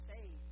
saved